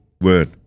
Word